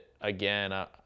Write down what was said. again